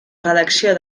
redacció